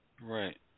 Right